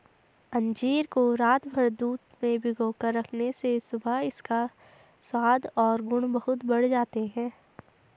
अंजीर को रातभर दूध में भिगोकर रखने से सुबह इसका स्वाद और गुण बहुत बढ़ जाते हैं